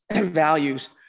values